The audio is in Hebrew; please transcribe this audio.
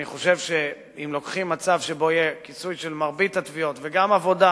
אני חושב שאם לוקחים מצב שבו יהיה כיסוי של מרבית התביעות וגם עבודה